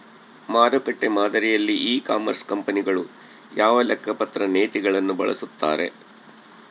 ಮಾರುಕಟ್ಟೆ ಮಾದರಿಯಲ್ಲಿ e commerce ಕಂಪನಿಗಳು ಯಾವ ಲೆಕ್ಕಪತ್ರ ನೇತಿಗಳನ್ನು ಬಳಸುತ್ತಾರೆ?